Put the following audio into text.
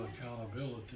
accountability